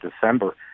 December